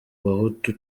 abahutu